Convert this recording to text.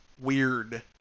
Weird